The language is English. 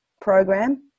program